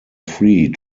free